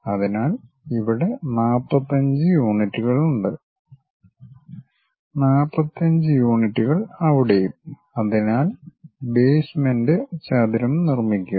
അതിനാൽ ഇവിടെ 45 യൂണിറ്റുകൾ ഉണ്ട് 45 യൂണിറ്റുകൾ അവിടെയും അതിനാൽ ബേസ്മെന്റ് ചതുരം നിർമ്മിക്കുക